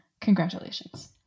Congratulations